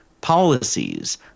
policies